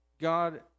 God